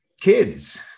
kids